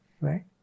Right